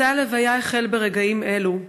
מסע ההלוויה החל ברגעים אלו.